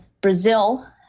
Brazil